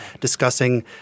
discussing